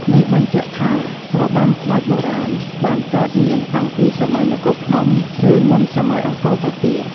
នេះបញ្ជាក់ថា របាំក្បាច់បុរាណបានកើតមានតាំងពីសម័យនគរភ្នំ ឬមុនសម័យអង្គរទៅទៀត។